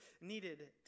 needed